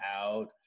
out